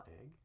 egg